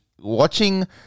watching